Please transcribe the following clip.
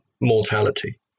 mortality